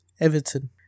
Everton